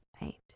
eight